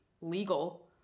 legal